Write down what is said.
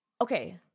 Okay